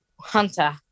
Hunter